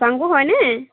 চাং বৌ হয়নে